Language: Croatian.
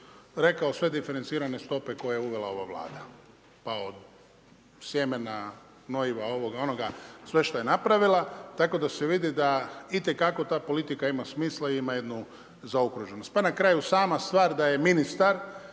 rekao sve diferencirane stope, koje je uvela ova Vlada, pa od sjemena, gnojiva, ovoga, onoga, sve što je napravila. Tako da se vidi, da itekako ta politika ima smisla, ima jednu zaokruženost. Pa na kraju, sama stvar da je ministar